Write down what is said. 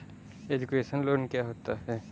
Education loan क्या होता है?